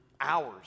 hours